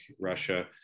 Russia